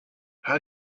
how